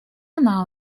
она